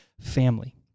family